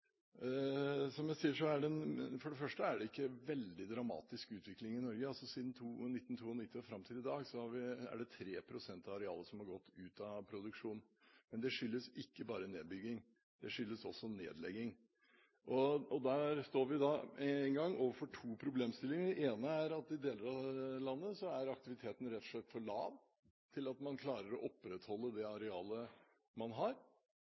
Som jeg sier, for det første er det ikke en veldig dramatisk utvikling i Norge. Siden 1992 og fram til i dag er det 3 pst. av arealet som har gått ut av produksjon, men det skyldes ikke bare nedbygging, det skyldes også nedlegging. Da står vi med en gang overfor to problemstillinger. Den ene er at i deler av landet er aktiviteten rett og slett for lav til at man klarer å opprettholde det arealet man har.